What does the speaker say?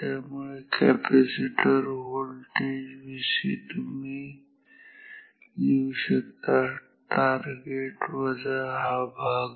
त्यामुळे capacitor voltage Vc तुम्ही लिहू शकता टार्गेट वजा हा भाग